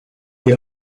est